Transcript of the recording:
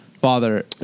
father